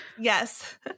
Yes